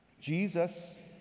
Jesus